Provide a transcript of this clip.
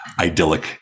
idyllic